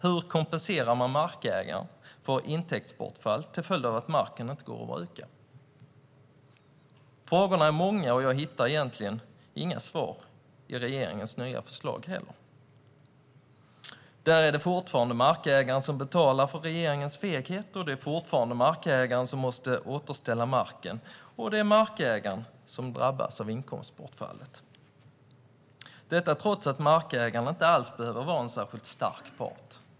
Hur kompenseras markägaren för intäktsbortfall till följd av att marken inte går att bruka? Frågorna är många och jag hittar egentligen inga svar i regeringens nya förslag. Enligt det är det fortfarande markägaren som ska betala för regeringens feghet. Det är fortfarande markägaren som måste återställa marken, och det är markägaren som drabbas av inkomstbortfallet - trots att markägaren inte alls behöver vara en särskilt stark part.